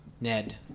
Ned